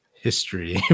history